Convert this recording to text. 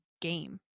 game